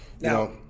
Now